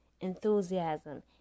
enthusiasm